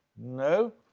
no.